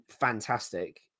fantastic